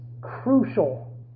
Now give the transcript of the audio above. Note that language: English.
crucial